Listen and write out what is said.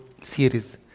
series